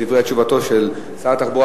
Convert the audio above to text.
בדברי תשובתו של שר התחבורה,